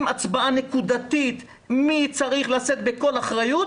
עם הצבעה נקודתית מי צריך לשאת בכל אחריות,